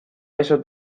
eso